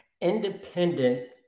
Independent